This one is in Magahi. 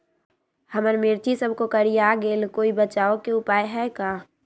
हमर मिर्ची सब कोकररिया गेल कोई बचाव के उपाय है का?